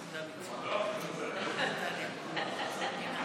כנסת נכבדה, שמעתי היום